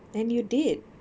and you did